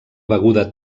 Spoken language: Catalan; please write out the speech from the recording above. beguda